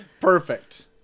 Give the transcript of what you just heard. Perfect